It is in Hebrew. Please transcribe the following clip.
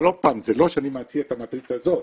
אבל עוד פעם, זה לא שאני מציע את המטריצה הזו,